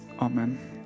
Amen